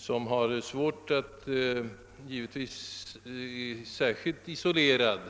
intagen som givetvis där är särskilt isolerad.